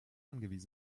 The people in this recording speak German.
angewiesen